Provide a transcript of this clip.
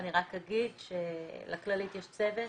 אני רק אגיד שלכללית יש צוות